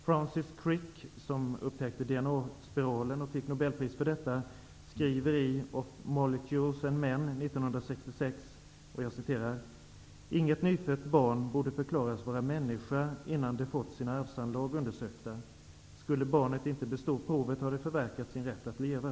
Francis Crick, som upptäckte DNA-spiralen och fick nobelpris för detta, skriver i ''Of molecules and men'' 1966: ''Inget nyfött barn borde förklaras vara människa innan det fått sina arvsanlag undersökta. Skulle barnet inte bestå provet har det förverkat sin rätt att leva.''